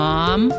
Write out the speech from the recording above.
Mom